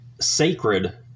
sacred